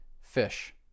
fish